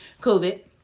COVID